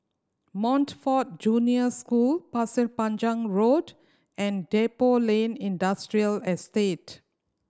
Montfort Junior School Pasir Panjang Road and Depot Lane Industrial Estate